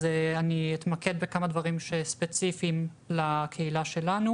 אז אני אתמקד בכמה דברים שהם ספציפיים לקהילה שלנו